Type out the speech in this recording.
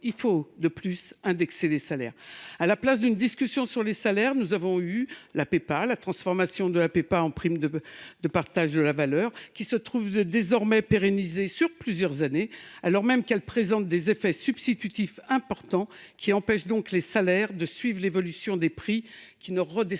en outre, les indexer sur l’inflation. À la place d’une discussion sur les salaires, nous avons eu la PPA, transformée en prime de partage de la valeur, désormais pérennisée sur plusieurs années, alors même qu’elle présente des effets substitutifs importants, empêchant les salaires de suivre l’évolution des prix, qui ne redescendront pas.